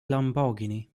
lamborghini